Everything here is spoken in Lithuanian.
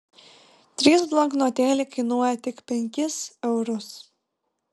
trys bloknotėliai kainuoja tik penkis eurus